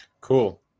Cool